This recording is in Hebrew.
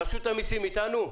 רשות המיסים איתנו?